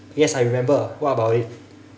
yes I remember what about it